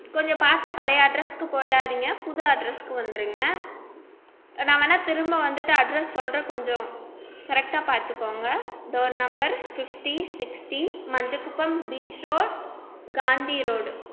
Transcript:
கொஞ்சம் பார்த்து பழைய அட்ரஸுக்கு போய்டாதிங்க புது அட்ரஸுக்கு வந்துடுங்க நான் வேணுனா திரும்ப வந்துவிட்டு அட்ரஸ் சொல்கிறேன் கொஞ்சம் கரெக்டாக பாத்துக்கங்க door number fifty sixty Manjakuppam beach road Gandhi road